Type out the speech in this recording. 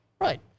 right